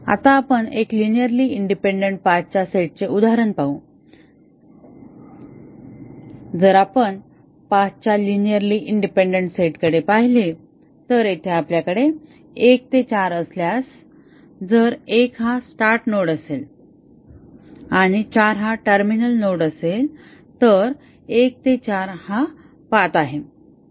आता आपण एका लिनिअरली इंडिपेंडन्ट पाथ च्या सेटचे उदाहरण पाहू जर आपण पाथ च्या लिनिअरली इंडिपेंडन्ट सेटकडे पाहिले तर येथे आपल्याकडे 1 4 असल्यास जर 1 हा स्टार्ट नोड असेल आणि 4 हा टर्मिनल नोड असेल तर 1 4 हा पाथ आहे